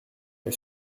est